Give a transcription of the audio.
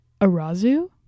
arazu